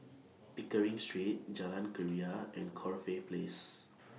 Pickering Street Jalan Keria and Corfe Place